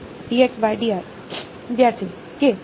વિદ્યાર્થી કે